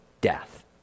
death